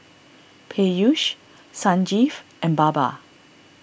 Peyush Sanjeev and Baba